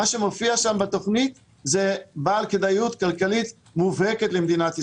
מה שמופיע שם בתוכנית בעל כדאיות כלכלית מובהקת למדינת ישראל.